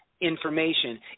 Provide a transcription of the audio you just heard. Information